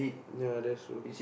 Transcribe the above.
ya that's true